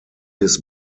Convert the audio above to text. his